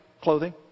clothing